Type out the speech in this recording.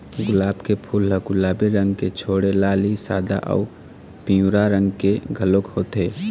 गुलाब के फूल ह गुलाबी रंग के छोड़े लाली, सादा अउ पिंवरा रंग के घलोक होथे